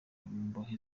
imbohe